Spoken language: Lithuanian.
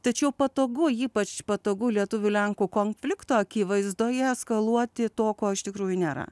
tačiau patogu ypač patogu lietuvių lenkų konflikto akivaizdoje eskaluoti to ko iš tikrųjų nėra